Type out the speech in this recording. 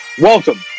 Welcome